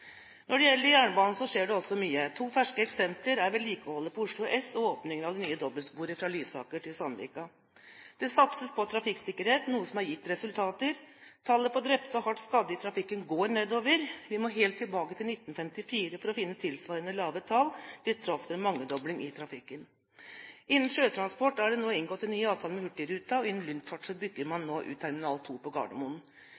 Når det gjelder jernbane, skjer det også mye. To ferske eksempler er vedlikeholdet på Oslo S og åpningen av det nye dobbeltsporet fra Lysaker til Sandvika. Det satses på trafikksikkerhet, noe som har gitt resultater. Tallet på drepte og hardt skadde i trafikken går nedover. Vi må helt tilbake til 1954 for å finne tilsvarende lave tall, til tross for en mangedobling i trafikken. Innen sjøtransport er det nå inngått en ny avtale med Hurtigruten, og innen luftfart bygger